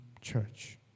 church